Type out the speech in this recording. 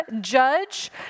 judge